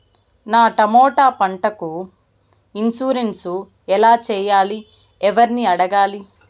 నా టమోటా పంటకు ఇన్సూరెన్సు ఎలా చెయ్యాలి? ఎవర్ని అడగాలి?